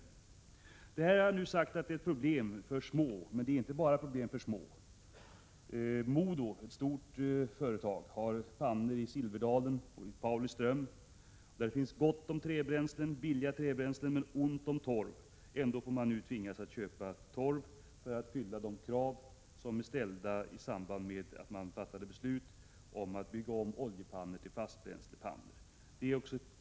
Problemet är akut för mindre småföretag, men det gäller inte bara dem. MoDo, ett stort företag, har pannor i Silverdalen och i Pauliström. Där finns gott om billiga trädbränslen, men ont om torv. Ändå tvingas man nu köpa torv för att fylla de krav på torveldning som ställdes i samband med att man fattade beslut om att bygga om oljepannor till fastbränslepannor.